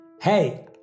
Hey